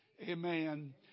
Amen